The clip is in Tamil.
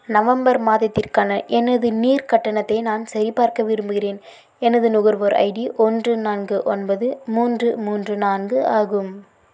நவம்பர் மாதத்திற்கான எனது நீர் கட்டணத்தை நான் சரிபார்க்க விரும்புகிறேன் எனது நுகர்வோர் ஐடி ஒன்று நான்கு ஒன்பது மூன்று மூன்று நான்கு ஆகும்